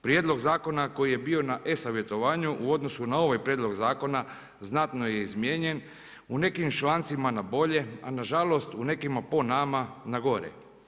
Prijedlog zakona koji je bio na E-savjetovanju u odnosu na ovaj prijedlog zakona znatno je izmijenjen, u nekim člancima na bolje, a nažalost u nekima po nama nagore.